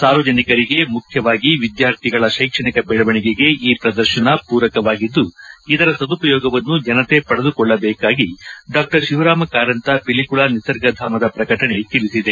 ಸಾರ್ವಜನಿಕರಿಗೆ ಮುಖ್ಯವಾಗಿ ವಿದ್ಯಾರ್ಥಿಗಳ ಕೈಕ್ಷಣಿಕ ಬೆಳವಣಿಗೆಗೆ ಈ ಪ್ರದರ್ಶನ ಪೂರಕವಾಗಿದ್ದು ಇದರ ಸದುಪಯೋಗವನ್ನು ಜನತೆ ಪಡೆದುಕೊಳ್ಳಬೇಕಾಗಿ ಡಾ ತಿವರಾಮ ಕಾರಂತ ಪಿಲಿಕುಳ ನಿಸರ್ಗಧಾಮದ ಪ್ರಕಟಣೆ ತಿಳಿಸಿದೆ